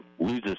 Loses